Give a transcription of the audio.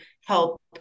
help